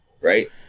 Right